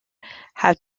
have